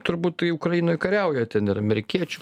turbūt tai ukrainoj kariauja ten ir amerikiečių